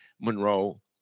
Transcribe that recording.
Monroe